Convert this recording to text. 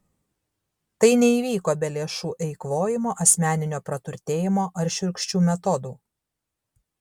tai neįvyko be lėšų eikvojimo asmeninio praturtėjimo ar šiurkščių metodų